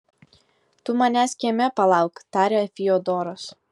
tu manęs kieme palauk tarė fiodoras